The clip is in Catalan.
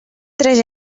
tres